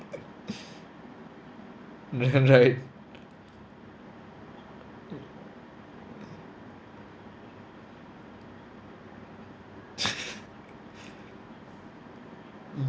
then right